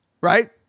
Right